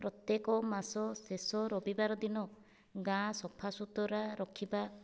ପ୍ରତ୍ୟେକ ମାସ ଶେଷ ରବିବାର ଦିନ ଗାଁ ସଫାସୁତୁରା ରଖିବା